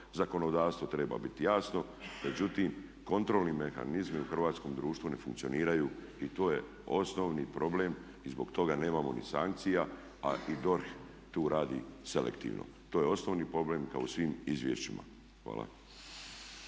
zakonodavstvo treba biti jasno, međutim kontrolni mehanizmi u hrvatskom društvu ne funkcioniraju i to je osnovni problem i zbog toga nemamo ni sankcija a i DORH tu radi selektivno. To je osnovni problem kao u svim izvješćima. Hvala.